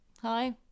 Hi